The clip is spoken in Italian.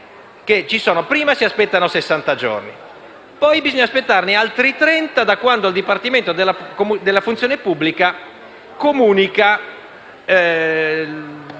prima si aspettano sessanta giorni, poi bisogna aspettarne altri trenta da quando il Dipartimento della funzione pubblica comunica